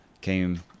came